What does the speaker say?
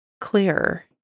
clear